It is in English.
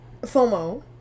FOMO